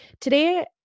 Today